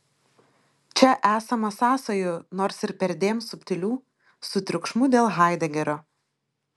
čia esama sąsajų nors ir perdėm subtilių su triukšmu dėl haidegerio